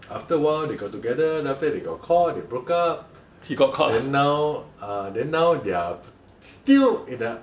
after awhile they got together then after that they got caught they broke up then now uh then now they're still in a